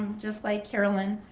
just like carolyn.